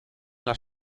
las